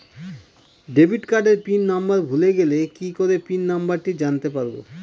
Debit কার্ডের pin number ভুলে গেলে কি করে পিন নম্বরটি জানতে পারবো?